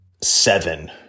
seven